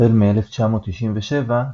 החל מ-1997,